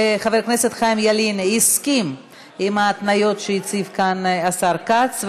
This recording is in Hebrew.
חבר הכנסת חיים ילין הסכים להתניות שהציב כאן השר כץ.